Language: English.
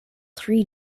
three